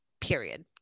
period